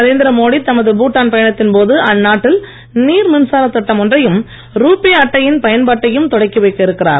நரேந்திரமோடி தமது பூடான் பயணத்தின் போது அந்நாட்டில் நீர் மின்சாரத் திட்டம் ஒன்றையும் ரூபே அட்டையின் பயன்பாட்டையும் தொடக்கி வைக்க இருக்கிறார்